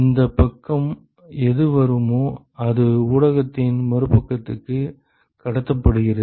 இந்தப் பக்கம் எது வருமோ அது ஊடகத்தின் மறுபக்கத்துக்குக் கடத்தப்படுகிறது